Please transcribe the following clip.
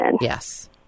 Yes